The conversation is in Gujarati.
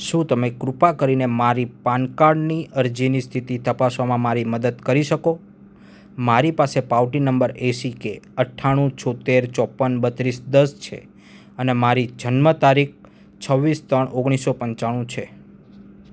શું તમે કૃપા કરીને મારી પાન કાર્ડની અરજીની સ્થિતિ તપાસવામાં મારી મદદ કરી શકો મારી પાસે પાવતી નંબર એસિકે અઠ્ઠાણું છોંતેર ચોપન બત્રીસ દસ છે અને મારી જન્મ તારીખ છવ્વીસ ત્રણ ઓગણીસો પંચાણું છે